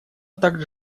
также